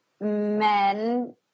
men